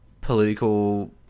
political